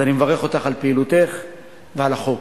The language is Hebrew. אז אני מברך אותך על פעילותך ועל החוק.